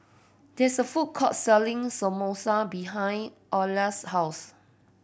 there is a food court selling Samosa behind Orla's house